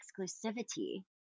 exclusivity